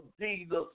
Jesus